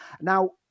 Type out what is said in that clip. Now